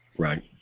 right.